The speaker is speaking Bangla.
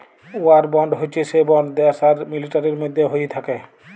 ওয়ার বন্ড হচ্যে সে বন্ড দ্যাশ আর মিলিটারির মধ্যে হ্য়েয় থাক্যে